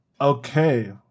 okay